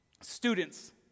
Students